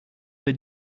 über